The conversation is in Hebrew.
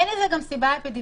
אין לזה גם סיבה אפידמיולוגית.